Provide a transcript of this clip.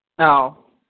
No